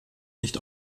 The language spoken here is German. nicht